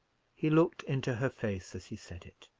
he looked into her face as he said it.